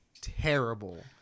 terrible